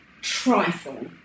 trifle